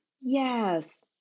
Yes